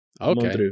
okay